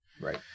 right